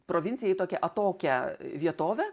provinciją į tokią atokią vietovę